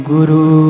Guru